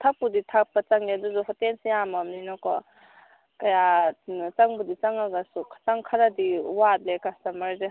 ꯊꯛꯄꯨꯗꯤ ꯊꯛꯄ ꯆꯪꯉꯦ ꯑꯗꯨꯁꯨ ꯍꯣꯇꯦꯜꯁꯦ ꯌꯥꯝꯂꯕꯅꯤꯅꯀꯣ ꯀꯌꯥ ꯆꯪꯕꯨꯗꯤ ꯆꯪꯂꯒꯁꯨ ꯈꯤꯇꯪ ꯈꯔꯗꯤ ꯋꯥꯠꯂꯦ ꯀꯁꯇꯃꯔꯁꯦ